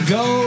go